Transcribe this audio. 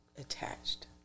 attached